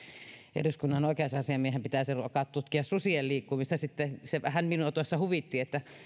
eduskunnan oikeusasiamiehen pitäisi alkaa tutkia sitten susien liikkumista se vähän minua tuossa huvitti